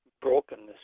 brokenness